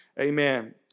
Amen